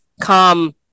come